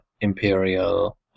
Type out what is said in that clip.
Imperial